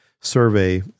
survey